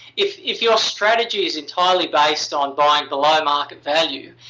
if if your strategy is entirely based on buying below market value,